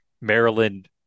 Maryland